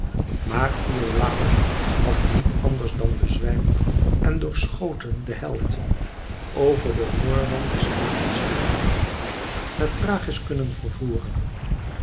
maar iolàos had niet anders dan bezwijmd en doorschoten den held over den voorwand des wagens gelegd naar thrachis kunnen vervoeren